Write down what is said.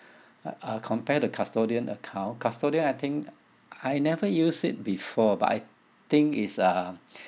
uh uh compare the custodian account custodian I think I never use it before but I think is um